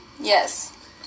Yes